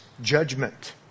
judgment